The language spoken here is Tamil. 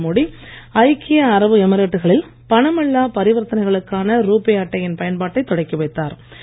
நரேந்திரமோடி ஐக்கிய அரபு எமிரேட்டுகளில் பணமில்லாப் பரிவர்த்தனைகளுக்கான ரூபே அட்டையின் பயன்பாட்டை தொடக்கி வைத்தார்